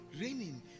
raining